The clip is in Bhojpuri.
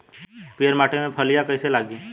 पीयर माटी में फलियां कइसे लागी?